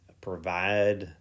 provide